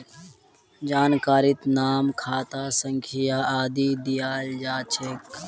जानकारीत नाम खाता संख्या आदि दियाल जा छेक